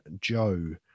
Joe